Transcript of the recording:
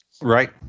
Right